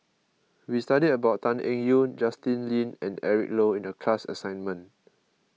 we studied about Tan Eng Yoon Justin Lean and Eric Low in the class assignment